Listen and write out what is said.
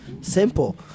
simple